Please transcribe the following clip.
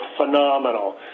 phenomenal